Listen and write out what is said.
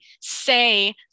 say